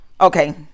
okay